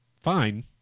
fine